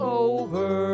over